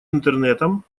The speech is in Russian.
интернетом